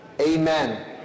amen